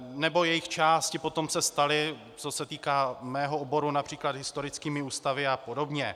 Nebo jejich části potom se staly, co se týká mého oboru například, historickými ústavy apod.